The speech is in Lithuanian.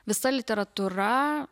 visa literatūra